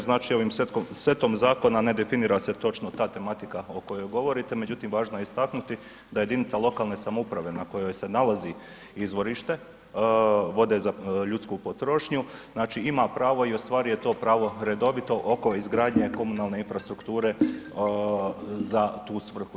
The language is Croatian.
Znači ovim setom zakona ne definira se točno ta tematika o kojoj govorite, međutim važno je istaknuti da jedinica lokalne samouprave na kojoj se nalazi izvorište vode za ljudsku potrošnju znači ima pravo i ostvaruje to prvo redovito oko izgradnje komunalne infrastrukture za tu svrhu.